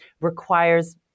requires